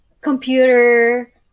computer